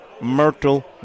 Myrtle